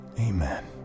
amen